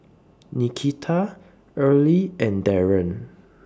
Nikita Earlie and Darron